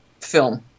film